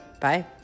Bye